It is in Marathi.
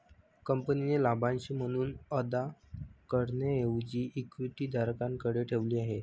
कंपनीने लाभांश म्हणून अदा करण्याऐवजी इक्विटी धारकांकडे ठेवली आहे